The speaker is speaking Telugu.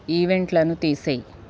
ఈవెంట్లను తీసేయి